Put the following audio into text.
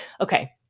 Okay